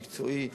מקצועי,